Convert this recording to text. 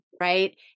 Right